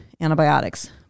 antibiotics